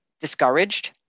discouraged